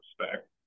respect